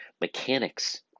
mechanics